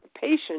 patient